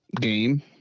game